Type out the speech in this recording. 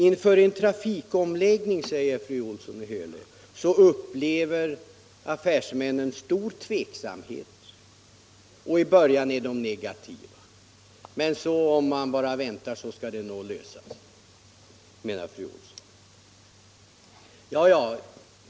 Inför en trafikomläggning, säger fru Olsson i Hölö, upplever affärsmännen stor tveksamhet och i början är de negativa, men om man bara väntar skall det nog lösa sig.